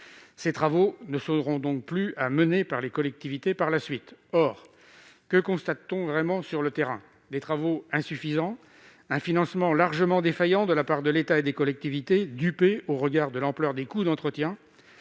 Ces travaux ne seront donc plus à mener par les collectivités par la suite. » Or que constate-t-on réellement sur le terrain ? Des travaux insuffisants, un financement largement défaillant de la part de l'État et des collectivités dupées au regard de l'ampleur des coûts d'entretien.